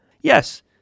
Yes